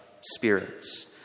spirits